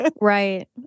Right